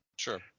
Sure